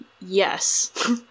yes